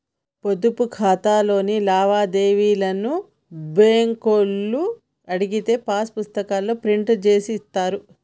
పొదుపు ఖాతాలోని లావాదేవీలను బ్యేంకులో అడిగితే పాసు పుస్తకాల్లో ప్రింట్ జేసి ఇత్తారు